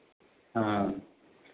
हाँ